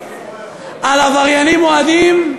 על עבריינים מועדים,